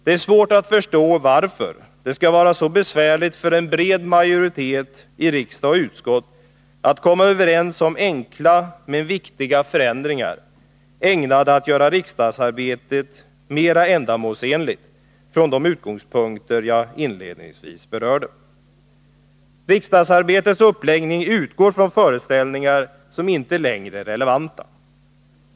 Det är svårt att förstå varför det skall vara så besvärligt för en bred majoritet i riksdag och utskott att komma överens om enkla men viktiga förändringar, ägnade att göra riksdagsarbetet mera ändamålsenligt från de utgångspunkter jaginledningsvis berörde. Riksdagsarbetets uppläggning utgår från föreställningar som inte längre är relevanta.